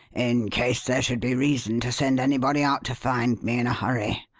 in case there should be reason to send anybody out to find me in a hurry.